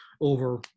over